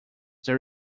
there